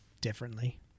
differently